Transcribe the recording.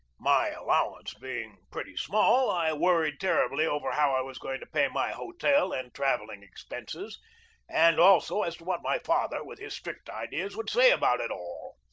my allowance being pretty small, i worried ter ribly over how i was going to pay my hotel and travelling expenses and also as to what my father, with his strict ideas, would say about it all.